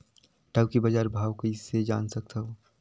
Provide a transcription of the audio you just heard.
टाऊ के बजार भाव कइसे जान सकथव?